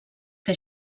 que